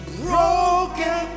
broken